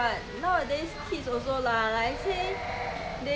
you your child you're supposed to know how to take care of them okay